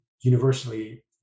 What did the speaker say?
universally